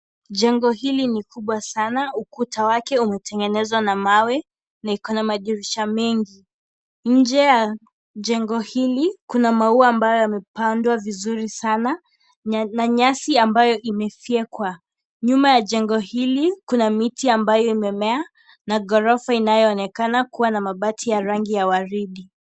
Jengo hili ni kubwa sana, ukuta wake umetengenezwa na mawe na iko na madirisha mengi, nje ya jengo hili kuna maua ambayo yamepandwa vizuri sana na nyasi ambayo imefyekwa, nyuma ya jengo hili kuna miti ambayo imemea na ghorofa inayoonekana kuwa na mabati ya rangi ya waridi.